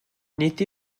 nid